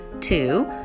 two